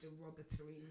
derogatory